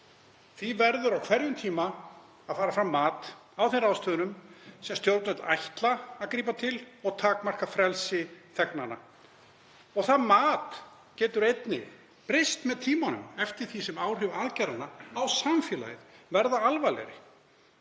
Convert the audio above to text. Því verður á hverjum tíma að fara fram mat á þeim ráðstöfunum sem stjórnvöld ætla að grípa til sem takmarka frelsi þegnanna. Það mat getur einnig breyst með tímanum eftir því sem áhrif aðgerðanna á samfélagið verða alvarlegri.